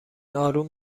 آروم